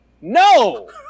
No